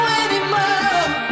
anymore